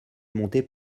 montait